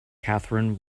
catherine